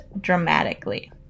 dramatically